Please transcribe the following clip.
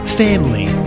family